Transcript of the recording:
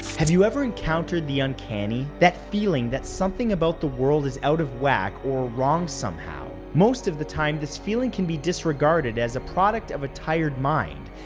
have you ever encountered the uncanny? that feeling that something about the world is out of whack or wrong somehow? most of the time, this feeling can be disregarded as a product of a tired mind,